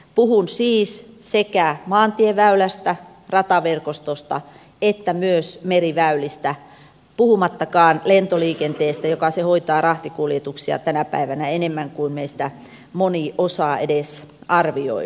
puhun siis sekä maantieväylistä rataverkostosta että myös meriväylistä puhumattakaan lentoliikenteestä joka hoitaa rahtikuljetuksia tänä päivänä enemmän kuin meistä moni osaa edes arvioida